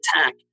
attack